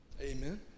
Amen